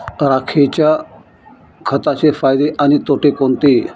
राखेच्या खताचे फायदे आणि तोटे कोणते?